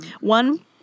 One